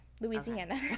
louisiana